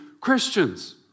Christians